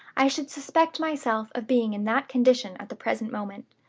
i should suspect myself of being in that condition at the present moment.